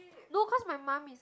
no cause my mum is